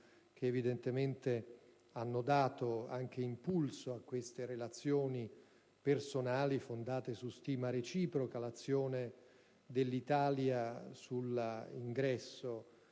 che hanno anche dato impulso a queste relazioni personali fondate su stima reciproca: l'azione dell'Italia per l'ingresso